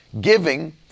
giving